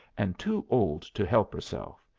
and too old to help herself,